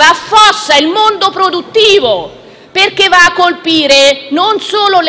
affossa il mondo produttivo, perché colpisce non solo